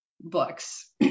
books